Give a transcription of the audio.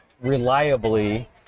reliably